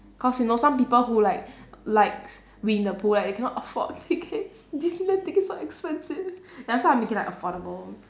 cause you know some people who like likes winnie the pooh right they cannot afford tickets disneyland tickets are expensive ya so I'll make it like affordable